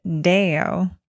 Deo